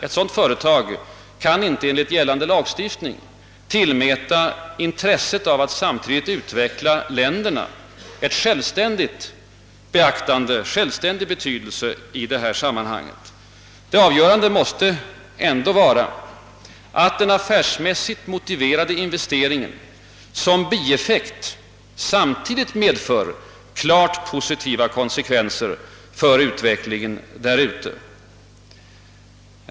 Ett sådant företag kan inte tillmäta intresset av att bidraga till att utveckla dessa länder en självständig betydelse. Avgörande måste vara, att den affärsmässigt motiverade investeringen som bieffekt samtidigt medför klart positiva konsekvenser för utvecklingen därute.